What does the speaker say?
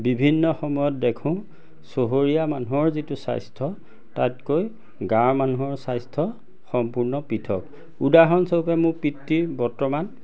বিভিন্ন সময়ত দেখোঁ চহৰীয়া মানুহৰ যিটো স্বাস্থ্য তাতকৈ গাঁৱৰ মানুহৰ স্বাস্থ্য সম্পূৰ্ণ পৃথক উদাহৰণস্বৰূপে মোৰ পিতৃৰ বৰ্তমান